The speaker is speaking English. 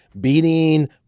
beating